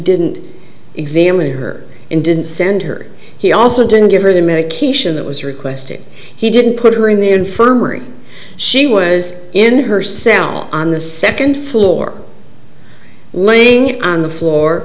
didn't examine her and didn't send her he also didn't give her the medication that was requested he didn't put her in the infirmary she was in her cell on the second floor laying on the floor